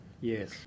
Yes